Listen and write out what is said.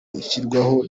ishyirwaho